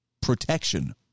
protection